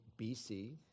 BC